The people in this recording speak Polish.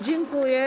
Dziękuję.